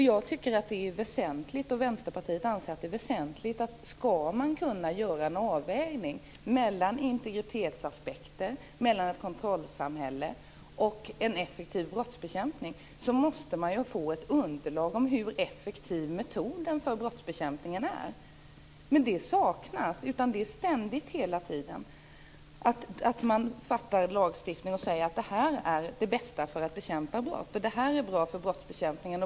Jag och Vänsterpartiet anser att det är väsentligt att om man skall kunna göra en avvägning avseende integritetsaspekter, frågan om ett kontrollsamhälle och en effektiv brottsbekämpning, måste man få ett underlag om hur effektiv metoden för brottsbekämpningen är. Detta saknas dock. Man skapar ständigt ny lagstiftning och säger att den är det bästa för att bekämpa brott.